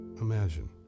imagine